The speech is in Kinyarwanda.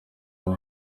kera